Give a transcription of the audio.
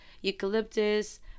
eucalyptus